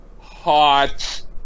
hot